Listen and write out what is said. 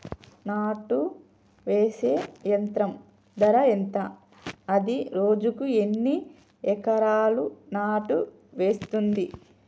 నాటు వేసే యంత్రం ధర ఎంత? అది రోజుకు ఎన్ని ఎకరాలు నాటు వేస్తుంది?